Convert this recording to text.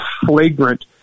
flagrant